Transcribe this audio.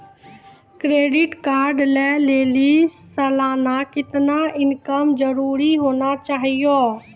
Credit card लय लेली सालाना कितना इनकम जरूरी होना चहियों?